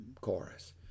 Chorus